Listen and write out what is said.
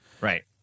right